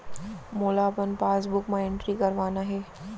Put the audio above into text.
मोला अपन पासबुक म एंट्री करवाना हे?